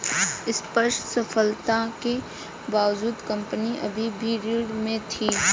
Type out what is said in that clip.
स्पष्ट सफलता के बावजूद कंपनी अभी भी ऋण में थी